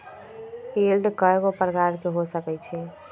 yield कयगो प्रकार के हो सकइ छइ